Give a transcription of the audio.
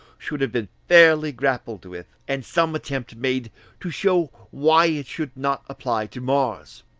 should have been fairly grappled with, and some attempt made to show why it should not apply to mars,